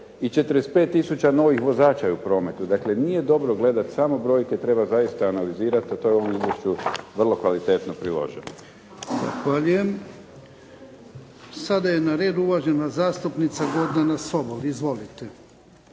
i 45 tisuća novih vozača je u prometu. Dakle, nije dobro gledati samo brojke, treba zaista analizirati a to je u ovom izvješću vrlo kvalitetno priloženo. **Jarnjak, Ivan (HDZ)** Zahvaljujem. Sada je na redu uvažena zastupnica Gordna Sobol. Izvolite.